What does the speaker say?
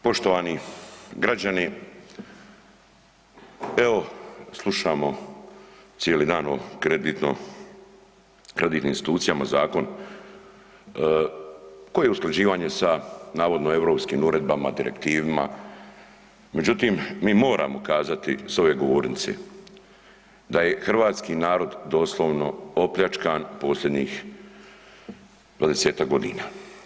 Poštovani građani evo slušamo cijeli dan o kreditno, kreditnim institucijama zakon koji je usklađivanje sa navodno europskim uredbama, direktivima, međutim mi moramo kazati s ove govornice da je hrvatski narod doslovno opljačkan posljednjih 20-tak godina.